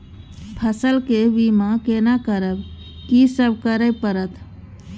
फसल के बीमा केना करब, की सब करय परत?